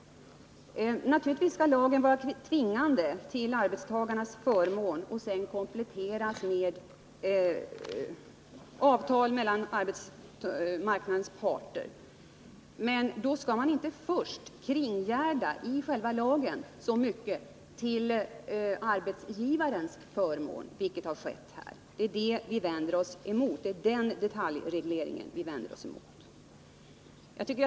Lagen skall naturligtvis vara tvingande till arbetstagarnas förmån och sedan kompletteras med avtal mellan arbetsmarknadens parter. Men då skall man inte först i själva lagen kringgärda så mycket till arbetsgivarens förmån, vilket har skett här. Det är den detaljregleringen vi vänder oss emot.